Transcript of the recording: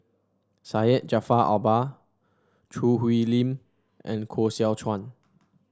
Syed Jaafar Albar Choo Hwee Lim and Koh Seow Chuan